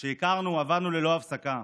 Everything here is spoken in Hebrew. כשהכרנו, עבדנו ללא הפסקה.